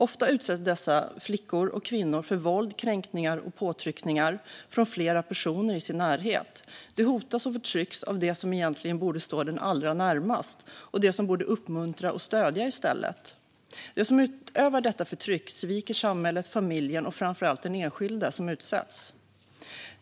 Oftast utsätts dessa flickor och kvinnor för våld, kränkningar och påtryckningar från flera personer i sin närhet. De hotas och förtrycks av dem som egentligen borde stå dem allra närmast och dem som i stället borde ge uppmuntran och stöd. De som utövar detta förtryck sviker samhället, familjen och framför allt den enskilde som utsätts.